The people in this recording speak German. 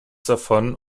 davon